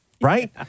Right